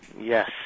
Yes